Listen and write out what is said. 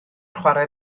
chwarae